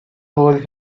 told